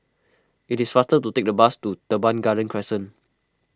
it is faster to take the bus to Teban Garden Crescent